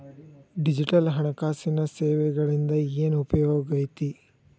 digital ಹಣಕಾಸಿನ ಸೇವೆಗಳಿಂದ ಏನ್ ಉಪಯೋಗೈತಿ